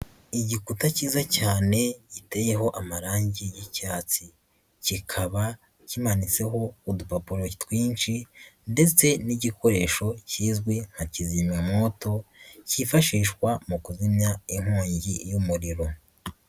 Igikuta kiza cyane giteyeho amarangi y'icyatsi, kikaba kinmanitseho udupapuro twinshi ndetse n'igikoresho kizwi nka kizimya mwoto, kifashishwa mu kuzimya inkongi y'umuriro.